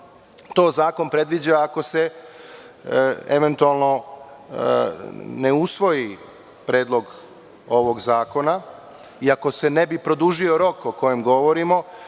to zakon predviđa, ako se eventualno ne usvoji Predlog ovog zakona, i ako se ne bi produžio rok o kojem govorimo?